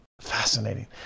Fascinating